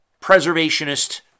preservationist